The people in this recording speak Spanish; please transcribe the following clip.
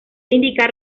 indicar